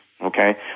okay